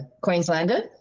Queenslander